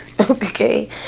okay